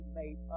made